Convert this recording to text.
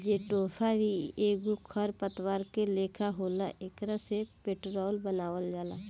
jatropha भी एगो खर पतवार के लेखा होला एकरा से पेट्रोल बनावल जाला